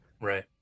Right